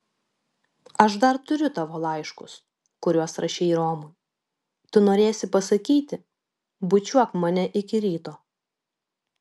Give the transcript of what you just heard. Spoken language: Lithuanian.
aš dar turiu tavo laiškus kuriuos rašei romui tu norėsi pasakyti bučiuok mane iki ryto